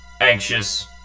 anxious